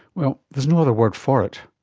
well, there's no other word for it,